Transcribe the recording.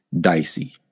dicey